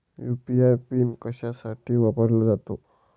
UPI PIN कशासाठी वापरला जातो?